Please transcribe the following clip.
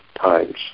times